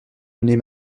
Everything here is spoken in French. donner